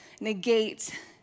negate